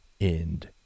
End